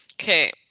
Okay